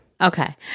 Okay